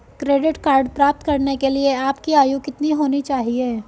Credit card प्राप्त करने के लिए आपकी आयु कितनी होनी चाहिए?